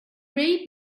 read